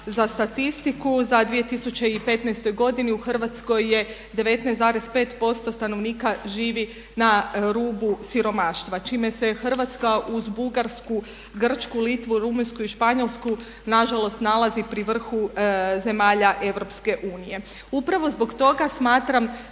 za statistiku u 2015. godini u Hrvatskoj 19,5% stanovnika živi na rubu siromaštva čime se Hrvatska uz Bugarsku, Grčku, Litvu, Rumunjsku i Španjolsku nažalost nalazi pri vrhu zemalja EU. Upravo zbog toga smatram